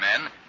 men